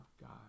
God